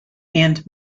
and